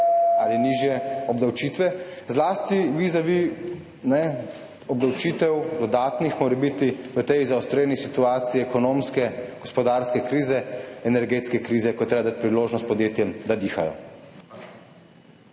ali nižje obdavčitve, zlasti vizavi morebitnim dodatnim obdavčitvam v tej zaostreni situaciji ekonomske, gospodarske in energetske krize, ko je treba dati priložnost podjetjem, da dihajo?